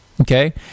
Okay